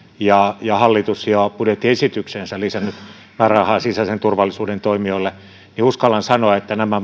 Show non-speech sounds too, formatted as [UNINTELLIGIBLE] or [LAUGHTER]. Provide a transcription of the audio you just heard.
ja hallitus jo budjettiesitykseensä lisännyt määrärahaa sisäisen turvallisuuden toimijoille uskallan sanoa että nämä [UNINTELLIGIBLE]